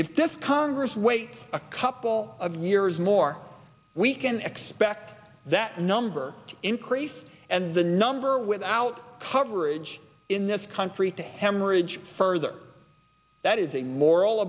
this congress wait a couple of years more we can expect that number increase and the number without coverage in this country to hemorrhage further that is a moral